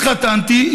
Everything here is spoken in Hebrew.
התחתנתי,